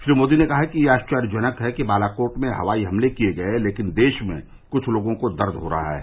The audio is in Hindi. श्री मोदी ने कहा कि यह आश्चर्यजनक है कि बालाकोट में हवाई हमले किए गए लेकिन देश में कुछ लोगों को दर्द हो रहा है